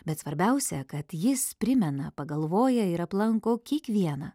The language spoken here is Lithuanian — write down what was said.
bet svarbiausia kad jis primena pagalvoja ir aplanko kiekvieną